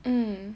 hmm